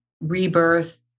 rebirth